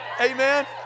Amen